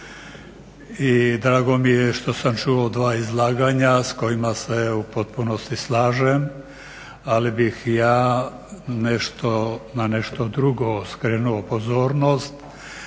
i drago mi je što sam čuo dva izlaganja s kojima se u potpunosti slažem, ali bih ja nešto, na nešto drugo skrenuo pozornost